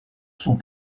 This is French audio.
sont